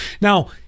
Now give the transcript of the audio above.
Now